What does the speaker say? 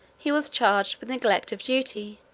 he was charged with neglect of duty,